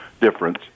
difference